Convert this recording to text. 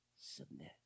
submit